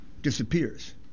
disappears